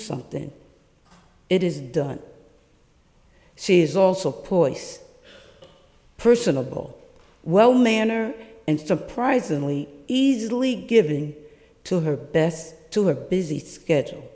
something it is done she is also poised personable well manner and surprisingly easily giving to her best to her busy schedule